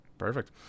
Perfect